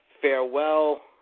farewell